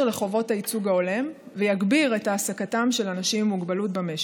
לחובות הייצוג ההולם ויגביר את העסקתם של אנשים עם מוגבלות במשק.